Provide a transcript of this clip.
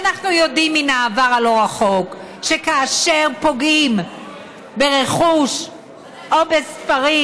ואנחנו יודעים מן העבר הלא-רחוק שכאשר פוגעים ברכוש או בספרים,